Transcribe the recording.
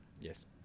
Yes